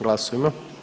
Glasujmo.